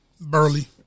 Burley